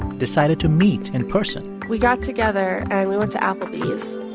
decided to meet in person we got together, and we went to applebee's.